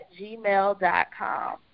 gmail.com